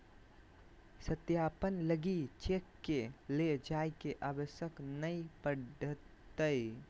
सत्यापन लगी चेक के ले जाय के आवश्यकता नय पड़तय